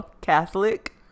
Catholic